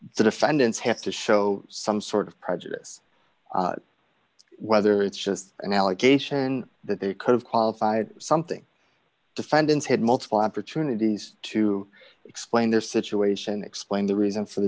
defendants have to show some sort of prejudice whether it's just an allegation that they could have qualified something defendants had multiple opportunities to explain their situation explain the reason for the